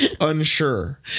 unsure